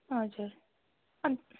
हजुर अन्